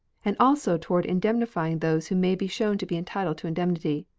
and also toward indemnifying those who may be shown to be entitled to indemnity.